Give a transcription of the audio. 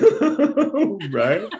right